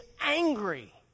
angry